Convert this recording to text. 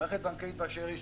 מערכת בנקאית באשר היא,